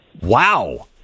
Wow